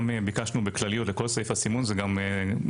גם ביקשנו בכלליות בכל סעיף הסימון זה גם רלוונטי